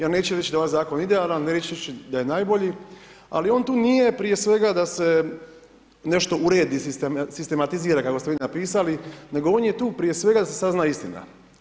Ja neću reći da je ovaj zakon idealan, reći ću da je najbolji, ali on tu nije prije svega da se nešto uredi, sistematizira kako ste vi napisali, nego on je tu prije svega, da se sazna istina.